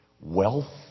wealth